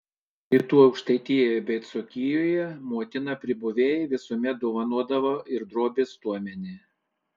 rytų aukštaitijoje bei dzūkijoje motina pribuvėjai visuomet dovanodavo ir drobės stuomenį